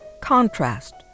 Contrast